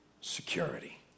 Security